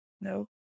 No